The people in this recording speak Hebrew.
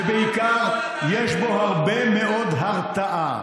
ובעיקר יש בו הרבה מאוד הרתעה.